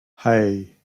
hey